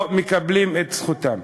לא מקבלים את זכותם.